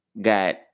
got